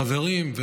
חברים,